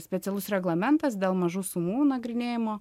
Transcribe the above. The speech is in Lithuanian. specialus reglamentas dėl mažų sumų nagrinėjimo